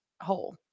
hole